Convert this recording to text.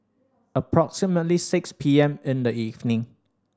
approximately six P M in the evening